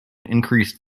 increased